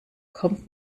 kommt